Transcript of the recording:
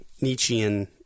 Nietzschean